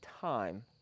time